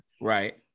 Right